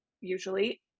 usually